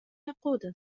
يقود